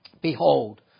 behold